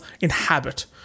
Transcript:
inhabit